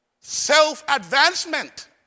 Self-advancement